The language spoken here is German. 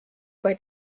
bei